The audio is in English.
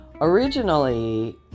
originally